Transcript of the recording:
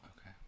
okay